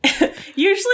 Usually